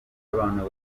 abantu